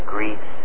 Greece